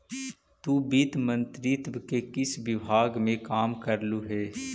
तु वित्त मंत्रित्व के किस विभाग में काम करलु हे?